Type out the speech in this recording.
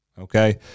okay